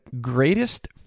greatest